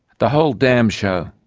the whole damned show'.